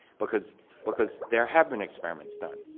because because there have been experiments done.